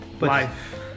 life